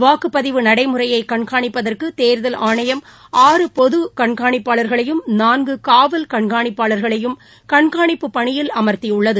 வாக்குப்பதிவு நடைமுறையை கண்காணிப்பதற்கு தேர்தல் ஆணையம் பொது கண்காணிப்பாளர்களையும் நான்கு காவல் கண்காணிப்பாளர்களையும் கண்காணிப்புப் பணியில் அமர்த்தியுள்ளது